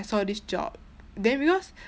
saw this job then because